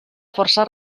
força